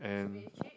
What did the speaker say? and